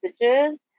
messages